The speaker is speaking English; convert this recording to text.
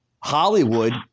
Hollywood